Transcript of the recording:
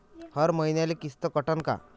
हर मईन्याले किस्त कटन का?